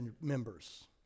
members